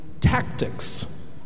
tactics